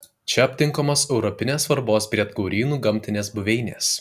čia aptinkamos europinės svarbos briedgaurynų gamtinės buveinės